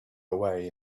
away